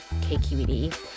KQED